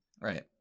Right